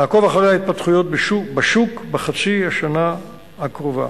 נעקוב אחרי ההתפתחויות בשוק בחצי השנה הקרובה.